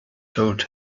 told